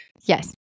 Yes